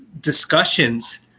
discussions